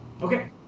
Okay